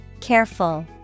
careful